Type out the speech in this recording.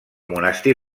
monestir